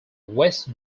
west